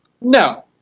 No